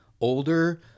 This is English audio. Older